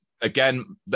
Again